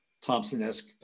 Thompson-esque